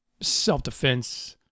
self-defense